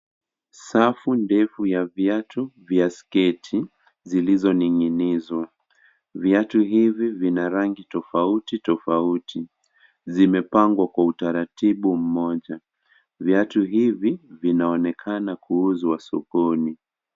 Safu ndefu ya viatu vya sketi vilivyoning'inizwa. Viatu hivi vina rangi tofauti tofauti. Zimepangwa kwa utaratibu mmoja. Viatu hivi vinanekana kuuzwa sokoni.